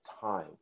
time